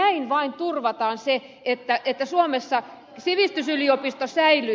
näin vain turvataan se että suomessa sivistysyliopisto säilyy